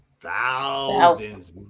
Thousands